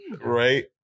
Right